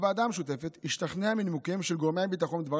הוועדה המשותפת השתכנעה מנימוקיהם של גורמי הביטחון בדבר